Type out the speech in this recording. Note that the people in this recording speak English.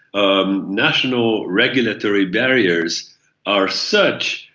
um national regulatory barriers are such,